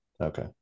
Okay